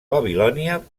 babilònia